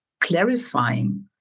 clarifying